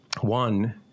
one